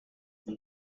vous